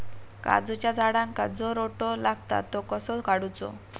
काजूच्या झाडांका जो रोटो लागता तो कसो काडुचो?